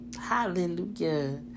Hallelujah